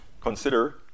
consider